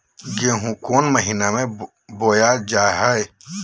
गेहूँ कौन महीना में बोया जा हाय?